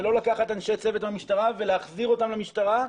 ולא לקחת אנשי צוות מהמשטרה ולהחזיר אותם למשטרה.